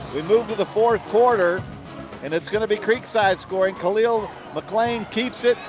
we move to the fourth quarter and it's going to be creekside scoring. khalil mcclain keeps it.